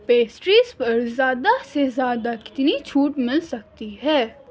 pastries پر زیادہ سے زیادہ کتنی چھوٹ مل سکتی ہے